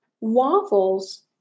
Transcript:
Waffles